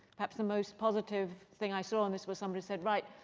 perhaps the most positive thing i saw in this was somebody said, right,